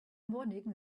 morning